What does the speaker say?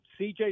CJ